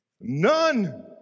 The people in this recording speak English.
None